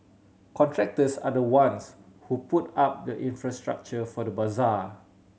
contractors are the ones who put up the infrastructure for the bazaar